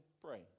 pray